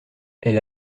elle